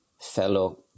fellow